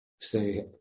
say